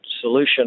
solution